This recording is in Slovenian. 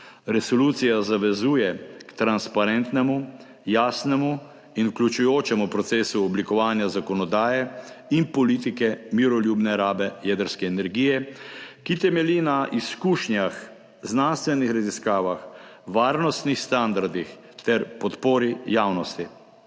Resolucija zavezuje k transparentnemu, jasnemu in vključujočemu procesu oblikovanja zakonodaje in politike miroljubne rabe jedrske energije, ki temelji na izkušnjah, znanstvenih raziskavah, varnostnih standardih ter podpori javnosti.